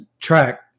track